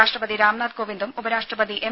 രാഷ്ട്രപതി രാംനാഥ് കോവിന്ദും ഉപരാഷ്ട്രപതി എം